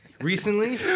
recently